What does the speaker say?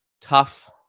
tough